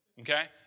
Okay